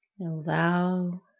Allow